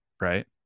right